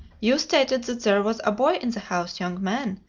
you stated that there was a boy in the house, young man,